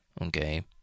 okay